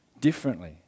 differently